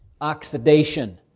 Oxidation